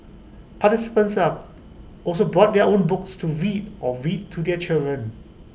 participants are also brought their own books to read or read to their children